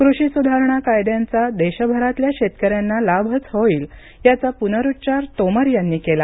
कृषी सुधारणा कायद्यांचा देशभरातल्या शेतकऱ्यांना लाभच होईल याचा पुनरुच्चार तोमर यांनी केला